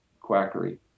quackery